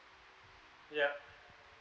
ya